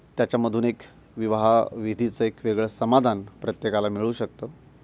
त्याच्यामधून एक विवाह विधीचं एक वेगळं समाधान प्रत्येकाला मिळू शकतं